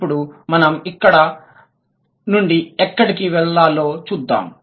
ఇప్పుడు మనం ఇక్కడ నుండి ఎక్కడికి వెళ్లాలో చూద్దాం